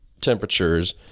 temperatures